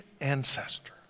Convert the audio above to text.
ancestor